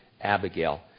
Abigail